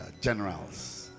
Generals